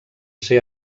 ser